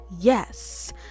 yes